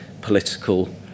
political